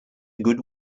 good